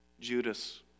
Judas